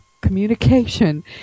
communication